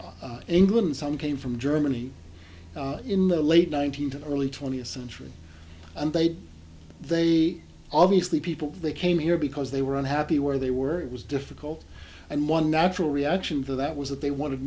england some came from germany in the late nineteenth and early twentieth century and they they obviously people they came here because they were unhappy where they were it was difficult and one natural reaction to that was that they wanted